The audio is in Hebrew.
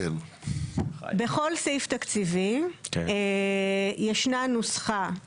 בכל סעיף תקציבי ישנה נוסחה להקצאה.